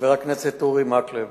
חבר הכנסת אורי מקלב